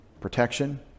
protection